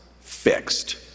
fixed